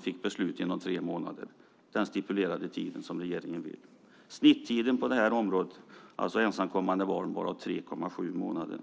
fick beslut inom tre månader - inom den av regeringen stipulerade tiden. Snittiden för ensamkommande barn var 3,7 månader.